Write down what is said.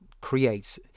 creates